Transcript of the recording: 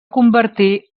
convertir